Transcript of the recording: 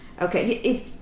Okay